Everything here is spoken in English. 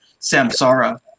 Samsara